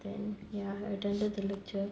then ya I attended the lecture